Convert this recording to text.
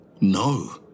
No